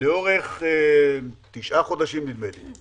לאורך 9 חודשים, נדמה לי,